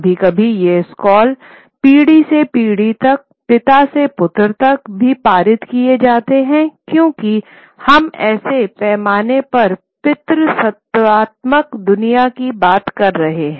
कभी कभी ये स्क्रॉल पीढ़ी से पीढ़ी तक पिता से पुत्र तक भी पारित किए जाते हैं क्योंकि हम बड़े पैमाने पर पितृसत्तात्मक दुनिया की बात कर रहे हैं